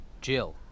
Jill